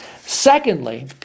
secondly